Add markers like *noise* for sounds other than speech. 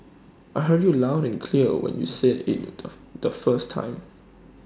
I heard you loud and clear when you said IT *unintelligible* the first time